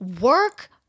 work